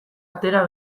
atera